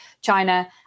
China